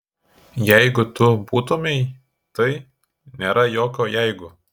jeigu tu būtumei tai nėra jokio jeigu